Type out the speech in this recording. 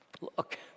look